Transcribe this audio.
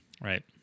Right